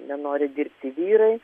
nenori dirbti vyrai